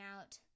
out